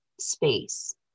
space